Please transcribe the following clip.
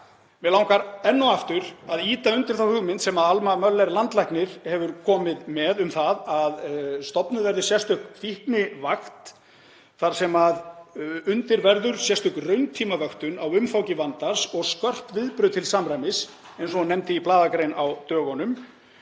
Mig langar enn og aftur að ýta undir þá hugmynd sem Alma Möller landlæknir hefur komið með um að stofnuð verði sérstök fíknivakt þar sem undir verður sérstök rauntímavöktun á umfangi vandans og skörp viðbrögð til samræmis, eins og hún nefndi í blaðagrein á dögunum.